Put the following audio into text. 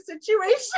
situation